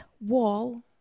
wall